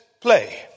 play